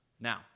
Now